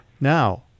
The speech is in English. Now